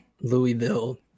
Louisville